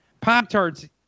Pop-Tarts